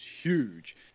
huge